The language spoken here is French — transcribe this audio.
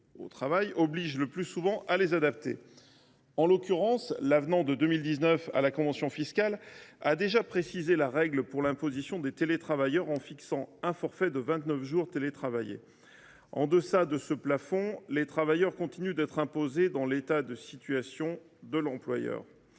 à adapter les règles fondamentales du travail. En l’occurrence, l’avenant de 2019 à la convention fiscale a déjà précisé la règle pour l’imposition des télétravailleurs, en fixant un forfait de 29 jours télétravaillés. En deçà de ce plafond, les travailleurs continuent d’être imposés dans l’État de situation de l’employeur,